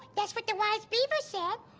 that's what the wise beaver said.